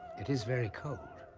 it is very cold.